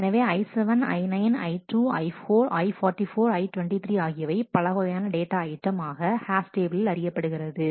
எனவேI7I9I2I4 I44I23 ஆகியவை பலவகையான data item ஆக ஹேஸ் டேபிளில் அறியப்படுகிறது